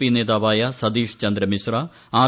P നേതാവായ Satish Chandra Mishra R